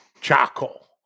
charcoal